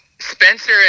Spencer